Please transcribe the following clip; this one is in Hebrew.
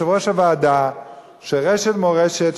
יושב-ראש הוועדה שרשת "מורשת",